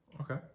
Okay